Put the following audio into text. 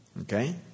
Okay